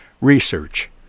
research